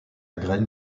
graine